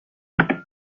politique